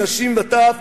נשים וטף,